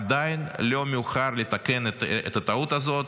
עדיין לא מאוחר לתקן את הטעות הזאת.